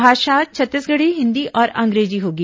भाषा छत्तीसगढ़ी हिन्दी और अंग्रेजी होगी